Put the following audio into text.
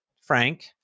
Frank